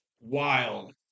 Wild